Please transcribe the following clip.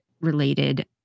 related